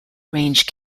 range